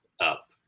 up